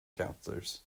counselors